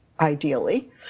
ideally